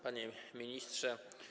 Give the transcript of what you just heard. Panie Ministrze!